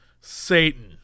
Satan